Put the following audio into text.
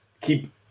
keep